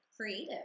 creative